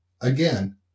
Again